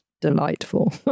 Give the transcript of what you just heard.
Delightful